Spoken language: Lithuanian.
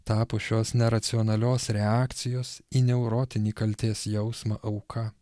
tapo šios neracionalios reakcijos į neurotinį kaltės jausmą auka